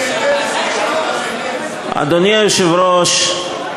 אדוני היושב-ראש,